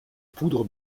poudre